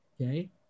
okay